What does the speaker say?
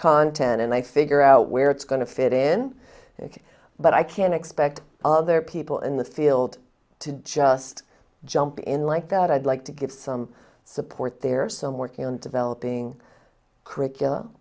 content and i figure out where it's going to fit in but i can expect other people in the field to just jump in like that i'd like to get some support there some working on developing curricul